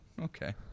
Okay